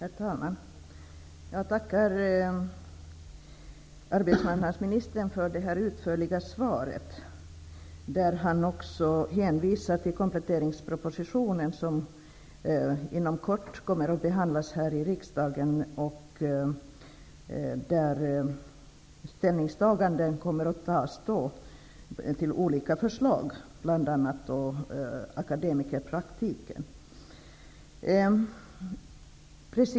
Herr talman! Jag tackar arbetsmarknadsministern för det utförliga svaret. Arbetsmarknadsministern hänvisar till kompletteringspropositionen, som inom kort kommer att behandlas här i riksdagen. Då kommer man att ta ställning till olika förslag. Bl.a. gäller det akademikerpraktiken.